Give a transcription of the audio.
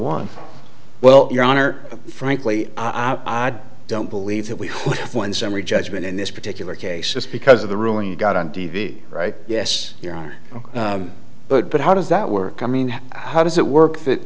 won well your honor frankly i don't believe that we won summary judgment in this particular case just because of the ruling you got on t v right yes your honor but but how does that work i mean how does it work that